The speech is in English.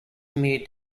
mere